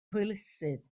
hwylusydd